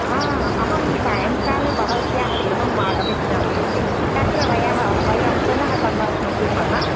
अहं सायङ्काले भवत्याः गृहं आगमिष्यामि तत्र वयं वयं पुनः सम्भाषणं कुर्मः